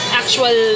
actual